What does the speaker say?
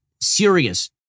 serious